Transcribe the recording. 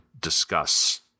discuss